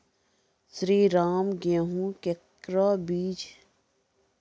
श्रीराम गेहूँ केरो बीज?